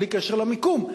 בלי קשר למיקום,